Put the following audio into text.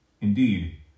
Indeed